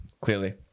clearly